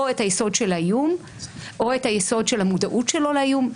או את היסוד של האיום או את היסוד של המודעות שלו לאיום.